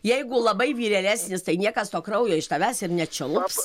jeigu labai vyrėlesnis tai niekas to kraujo iš tavęs ir nečiulps